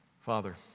Father